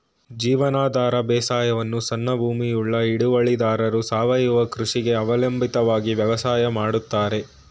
ಜೀವನಾಧಾರ ಬೇಸಾಯವನ್ನು ಸಣ್ಣ ಭೂಮಿಯುಳ್ಳ ಹಿಡುವಳಿದಾರರು ಸಾವಯವ ಕೃಷಿಗೆ ಅವಲಂಬಿತವಾಗಿ ವ್ಯವಸಾಯ ಮಾಡ್ತರೆ